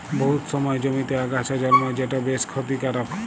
বহুত সময় জমিতে আগাছা জল্মায় যেট বেশ খ্যতিকারক